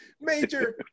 Major